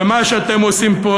ומה שאתם עושים פה,